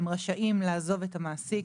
הם רשאים לעזוב את המעסיק